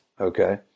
okay